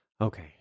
Okay